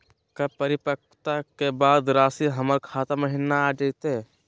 का परिपक्वता के बाद रासी हमर खाता महिना आ जइतई?